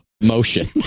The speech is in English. motion